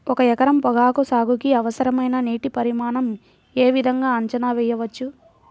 ఒక ఎకరం పొగాకు సాగుకి అవసరమైన నీటి పరిమాణం యే విధంగా అంచనా వేయవచ్చు?